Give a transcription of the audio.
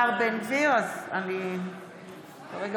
(קוראת